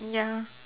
ya